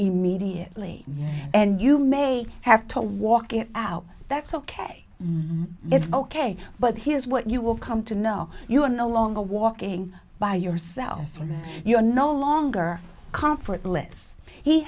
immediately and you may have to walk it out that's ok it's ok but here's what you will come to know you are no longer walking by yourself and you're no longer confort less he